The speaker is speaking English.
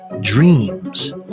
dreams